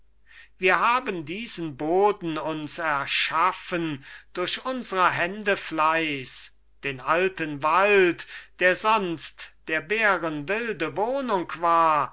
wir haben diesen boden uns erschaffen durch unsrer hände fleiss den alten wald der sonst der bären wilde wohnung war